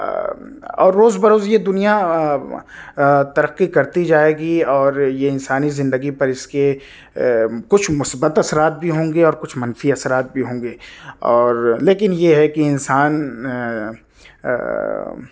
اور روز بہ روز یہ دنیا ترقی کرتی جائے گی اور یہ انسانی زندگی پر اس کے کچھ مثبت اثرات بھی ہوں گے اور کچھ منفی اثرات بھی ہوں گے اور لیکن یہ ہے کہ انسان